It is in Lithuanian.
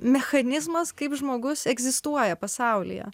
mechanizmas kaip žmogus egzistuoja pasaulyje